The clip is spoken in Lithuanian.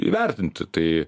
įvertinti tai